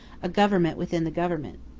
a government within the government.